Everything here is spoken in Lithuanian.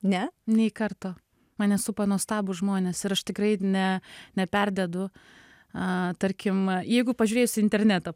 ne nei karto mane supa nuostabūs žmonės ir aš tikrai ne neperdedu a tarkim jeigu pažiūrėjus į internetą